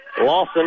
Lawson